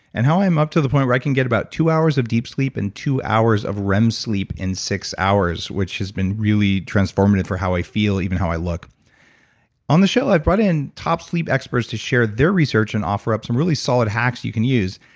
and how i'm up to the point where i can get about two hours of deep sleep, and two hours of rem sleep in six hours, which has been really transformative for how i feel, even how i look on the show, i've brought in top sleep experts to share their research and offer up some really solid hacks you can use,